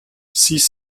six